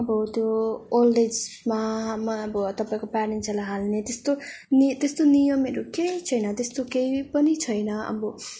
अब त्यो ओल्ड एजमा अब तपाईँको प्यारेन्ट्सहरूलाई हाल्ने त्यस्तो त्यस्तो नियमहरू केही छैन त्यस्तो केही पनि छैन अब